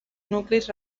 nuclis